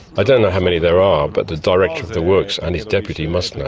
i don't know how many there are but the director of the works and his deputy must know.